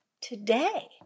today